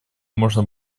можно